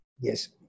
Yes